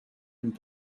and